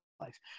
life